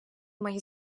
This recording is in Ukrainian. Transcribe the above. мої